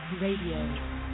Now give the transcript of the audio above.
Radio